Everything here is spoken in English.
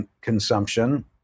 consumption